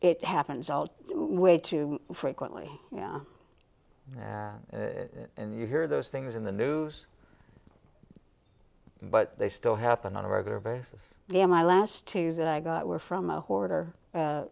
it happens all way too frequently and you hear those things in the news but they still happen on a regular basis yeah my last two that i got were from a hoarder